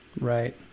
Right